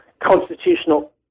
constitutional